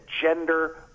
gender